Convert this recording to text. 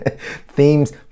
themes